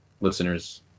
listeners